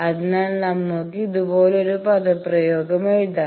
അതിനാൽ നമ്മൾക്ക് ഇതുപോലൊരു പദപ്രയോഗം എഴുതാം